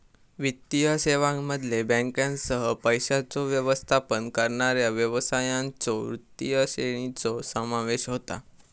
वित्तीय सेवांमध्ये बँकांसह, पैशांचो व्यवस्थापन करणाऱ्या व्यवसायांच्यो विस्तृत श्रेणीचो समावेश होता